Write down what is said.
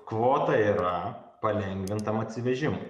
kvota yra palengvintam atsivežimui